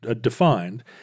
defined